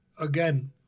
again